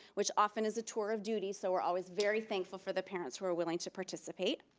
which often is a tour of duty, so we're always very thankful for the parents who are willing to participate,